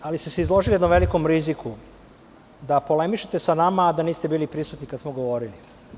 Izložili ste se jednom velikom riziku, da polemišete sa nama, ali da niste bili prisutni kada smo govorili.